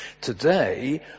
Today